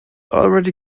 already